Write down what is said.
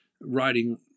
writing